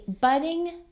budding